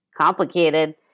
Complicated